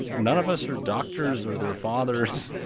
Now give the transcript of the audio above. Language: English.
none of us are doctors or their fathers.